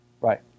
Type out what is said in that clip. right